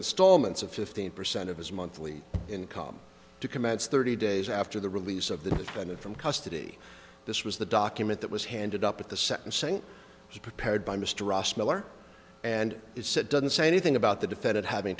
installments of fifteen percent of his monthly income to commence thirty days after the release of the defendant from custody this was the document that was handed up at the sentencing was prepared by mr rossmiller and it doesn't say anything about the defendant having